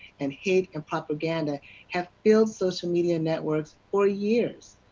and hate and propaganda have filled social media networks for years.